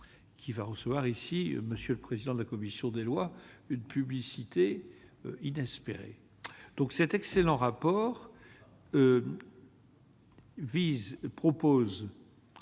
qui va recevoir ici, monsieur le président de la commission des lois, une publicité inespérée donc cet excellent rapport. Il vise